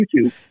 YouTube